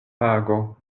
pago